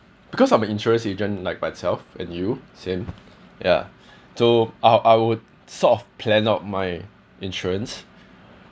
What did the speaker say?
because I'm an insurance agent like myself and you same ya so I I would sort of plan out my insurance